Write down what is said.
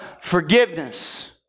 forgiveness